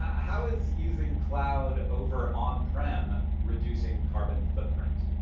how is using cloud over on-prem reducing carbon footprint?